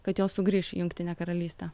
kad jos sugrįš į jungtinę karalystę